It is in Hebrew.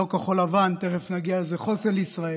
לא כחול לבן, תכף נגיע לזה, חוסן לישראל.